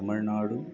तमिळ्नाडुः